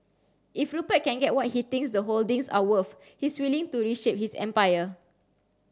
if Rupert can get what he thinks the holdings are worth he's willing to reshape his empire